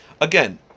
Again